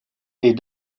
est